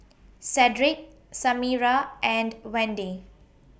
Cedric Samira and Wende